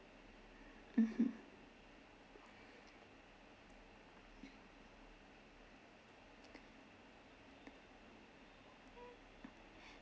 mmhmm